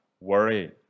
worry